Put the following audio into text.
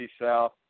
South